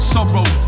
Sorrow